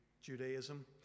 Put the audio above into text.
Judaism